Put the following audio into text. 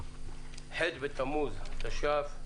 ח' בתמוז התש"ף.